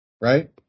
right